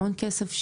המון כסף,